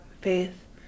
faith